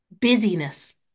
Busyness